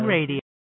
Radio